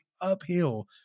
uphill